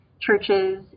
churches